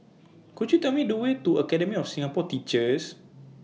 Could YOU Tell Me The Way to Academy of Singapore Teachers